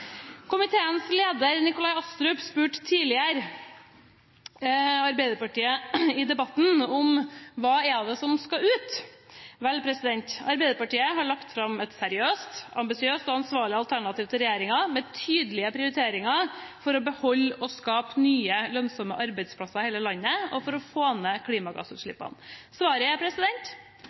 Komiteens leder, Nikolai Astrup, spurte tidligere Arbeiderpartiet i debatten om hva som skal ut. Vel – Arbeiderpartiet har lagt fram et seriøst, ambisiøst og ansvarlig alternativ til regjeringen, med tydelige prioriteringer for å beholde og skape nye, lønnsomme arbeidsplasser i hele landet og for å få ned klimagassutslippene. Svaret er